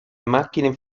macchine